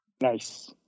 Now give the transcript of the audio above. Nice